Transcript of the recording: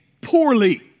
poorly